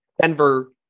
Denver